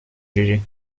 gégé